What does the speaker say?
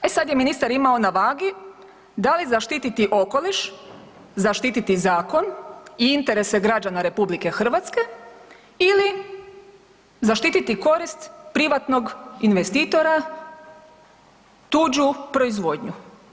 E sad je ministar imao na vagi da li zaštititi okoliš, zaštititi zakon i interese građana RH ili zaštititi korist privatnog investitora, tuđu proizvodnju.